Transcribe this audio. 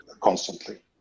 constantly